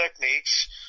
techniques